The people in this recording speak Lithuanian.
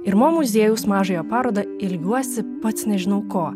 ir mo muziejaus mažąją parodą ilgiuosi pats nežinau ko